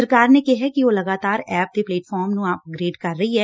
ਸਰਕਾਰ ਨੇ ਕਿਹੈ ਕਿ ਉਹ ਲਗਾਤਾਰ ਐਪ ਦੇ ਪਲੇਟਫਾਰਮ ਨੂੰ ਅਪਗ੍ਰੇਡ ਕਰ ਰਹੀ ਐ